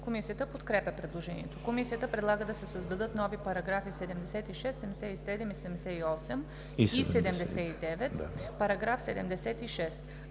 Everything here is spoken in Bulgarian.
Комисията подкрепя предложението. Комисията предлага да се създадат нови параграфи 76, 77, 78 и 79: „§ 76.